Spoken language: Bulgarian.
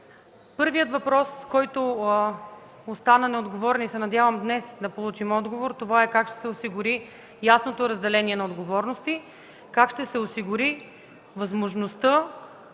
Първият въпрос, на който не се отговори и се надявам днес да получим отговор, това е как ще се осигури ясното разделение на отговорности, как ще се осигури възможността